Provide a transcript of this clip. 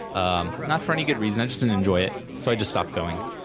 um not for any good reason. i just didn't enjoy it, so i just stopped going.